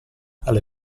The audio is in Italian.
alle